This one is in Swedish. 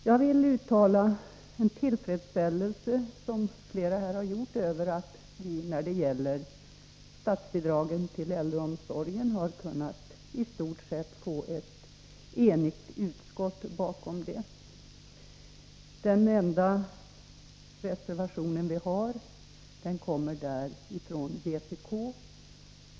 Jag vill uttala en tillfredsställelse, som flera har gjort, över att utskottet när det gäller statsbidraget till äldreomsorgen i stort sett enigt ställt sig bakom förslaget. Den enda reservationen till betänkandet i denna del kommer från vpk.